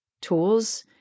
tools